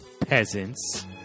peasants